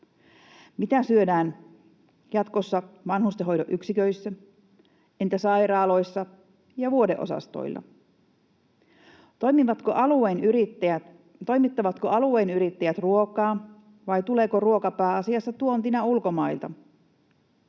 Mitä syödään jatkossa vanhustenhoidon yksiköissä, entä sairaaloissa ja vuodeosastoilla? Toimittavatko alueen yrittäjät ruokaa, vai tuleeko ruoka pääasiassa tuontina ulkomailta?